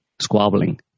squabbling